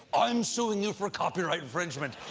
i'm suing you for copyright infringement.